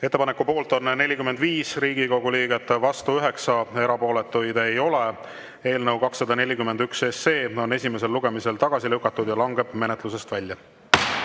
Ettepaneku poolt on 42 Riigikogu liiget, vastu 9, erapooletuid ei ole. Eelnõu 250 on esimesel lugemisel tagasi lükatud ja langeb menetlusest